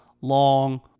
long